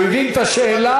הוא הבין את השאלה,